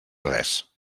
res